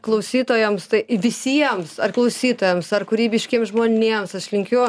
klausytojams tai visiems ar klausytojams ar kūrybiškiems žmonėms aš linkiu